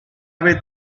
ave